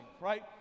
right